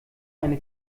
eine